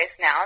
now